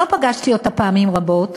לא פגשתי אותה פעמים רבות,